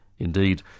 Indeed